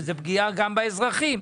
וזו פגיעה גם באזרחים.